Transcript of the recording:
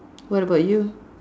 what about you